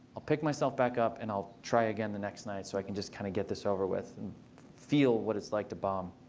i'll pick myself back up, and i'll try again the next night so i can just kind of get this over with and feel what it's like to bomb.